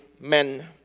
men